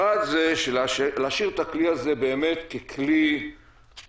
אחד זה להשאיר את הכלי הזה ככלי חיוני,